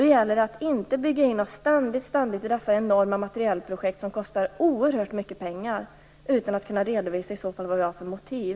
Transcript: Då gäller det att inte ständigt bygga in oss i dessa enorma materielprojekt som kostar oerhört mycket pengar utan att kunna redovisa vad vi har för motiv.